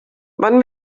wann